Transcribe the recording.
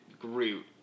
groot